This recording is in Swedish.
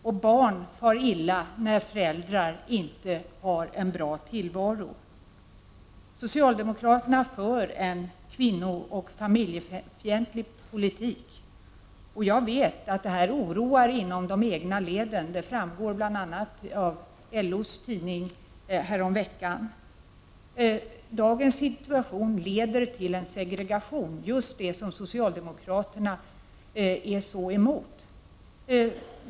Och barn far illa när föräldrarna inte har en bra tillvaro. Socialdemokraterna för en kvinnooch familjefientlig politik, och jag vet att det oroar inom de egna leden. Det framgår bl.a. av LO:s tidning häromveckan. Dagens situation leder till en segregation, just det som socialdemokraterna är så emot.